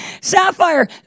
Sapphire